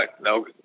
no